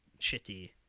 shitty